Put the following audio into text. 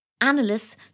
Analysts